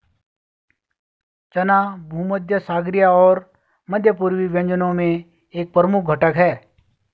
चना भूमध्यसागरीय और मध्य पूर्वी व्यंजनों में एक प्रमुख घटक है